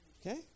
Okay